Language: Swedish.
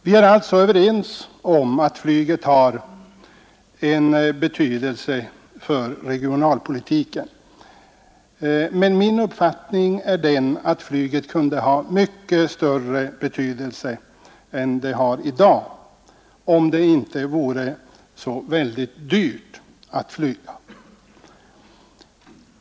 Vi är alltså överens om att flyget har en betydelse för regionalpolitiken, men min uppfattning är den att flyget kunde ha mycket större betydelse än det har i dag, om det inte vore så väldigt dyrt att flyga.